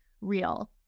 real